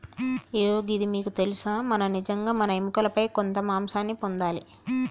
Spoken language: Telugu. ఇగో గిది మీకు తెలుసా మనం నిజంగా మన ఎముకలపై కొంత మాంసాన్ని పొందాలి